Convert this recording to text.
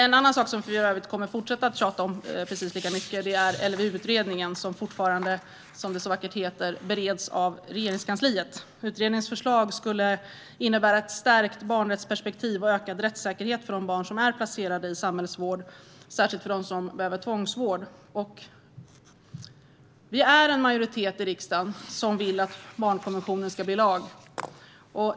En annan sak, som vi för övrigt kommer att fortsätta tjata om lika mycket, är LVU-utredningen, som fortfarande bereds i Regeringskansliet, som det så vackert heter. Utredningens förslag skulle innebära ett stärkt barnrättsperspektiv och ökad rättssäkerhet för de barn som är placerade i samhällets vård, särskilt för dem som behöver tvångsvård. Vi är en majoritet i riksdagen som vill att barnkonventionen ska bli lag.